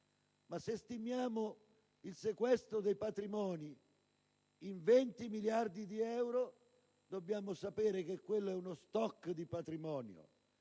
Ma se stimiamo il sequestro dei patrimoni in 20 miliardi di euro, dobbiamo sapere che quello è uno *stock* di patrimonio,